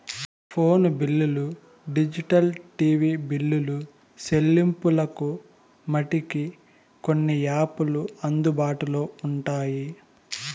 phone బిల్లులు digital TV బిల్లులు సెల్లింపులకు మటికి కొన్ని యాపులు అందుబాటులో ఉంటాయి